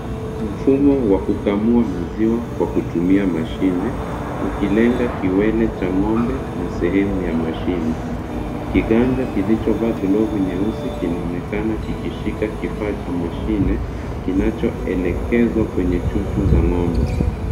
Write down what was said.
Mfumo wa kukamua maziwa kwa kutumia mashine. Ukilenga kiwele cha ng'ombe na sehemu ya mashine. Kiganja kilichovaa glovu nyeusi kinaonekana kikishika kifaa cha mashine kinachoelekezwa kwenye chuchu za ng'ombe.